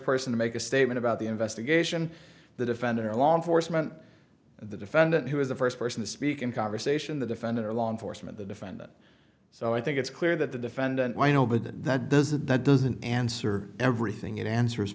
person to make a statement about the investigation the defendant or law enforcement the defendant who is the first person to speak in conversation the defendant or law enforcement the defendant so i think it's clear that the defendant why nobody that does that that doesn't answer everything it answers